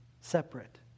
separate